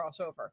crossover